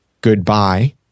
goodbye